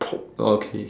okay